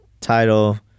title